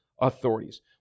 authorities